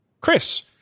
Chris